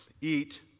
eat